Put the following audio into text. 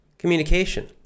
Communication